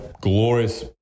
glorious